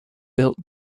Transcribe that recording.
built